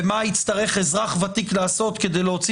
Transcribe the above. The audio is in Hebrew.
ומה יצטרך אזרח ותיק לעשות כדי להוציא